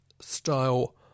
style